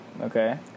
Okay